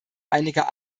einiger